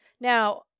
Now